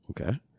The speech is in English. Okay